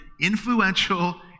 influential